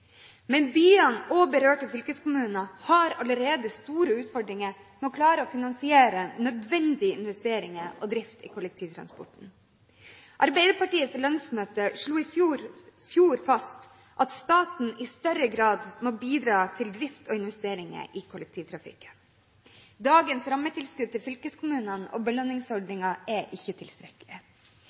Men byene og berørte fylkeskommuner har allerede store utfordringer med å klare å finansiere nødvendige investeringer og drift i kollektivtransporten. Arbeiderpartiets landsmøte slo i fjor fast at staten i større grad må bidra til drift og investeringer i kollektivtrafikken. Dagens rammetilskudd til fylkeskommunene og belønningsordningen er ikke tilstrekkelig.